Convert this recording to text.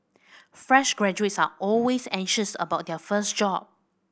fresh graduates are always anxious about their first job